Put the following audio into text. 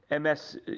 MS